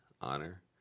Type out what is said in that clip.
honor